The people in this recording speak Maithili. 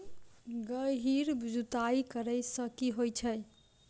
गहिर जुताई करैय सँ की होइ छै?